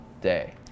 day